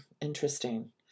interesting